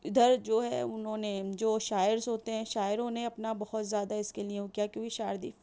اِدھر جو ہے اُنہوں نے جو شاعر ہوتے ہیں شاعروں نے اپنا بہت زیادہ اِس کے لئے وہ کیا کونکہ شاعری